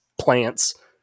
plants